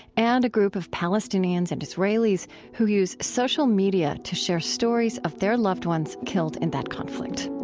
and a group of palestinians and israelis who use social media to share stories of their loved ones killed in that conflict